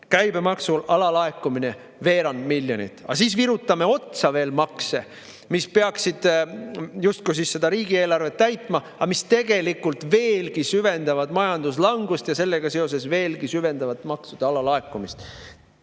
käibemaksu alalaekumine veerand miljonit. Aga virutatakse otsa veel makse, mis peaksid justkui riigieelarvet täitma, aga mis tegelikult veelgi süvendavad majanduslangust ja sellega seoses veelgi süvendavad maksude alalaekumist.